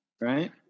Right